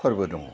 फोरबो दङ